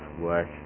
work